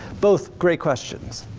both great questions.